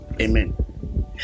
Amen